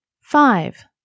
Five